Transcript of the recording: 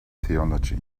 theology